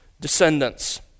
descendants